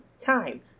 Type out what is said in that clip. time